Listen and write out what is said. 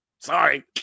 Sorry